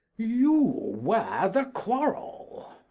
you were the quarrel.